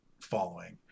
following